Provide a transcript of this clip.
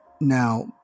now